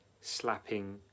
slapping